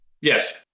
Yes